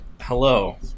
Hello